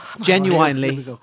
genuinely